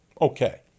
okay